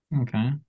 Okay